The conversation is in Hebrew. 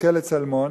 בכלא "צלמון"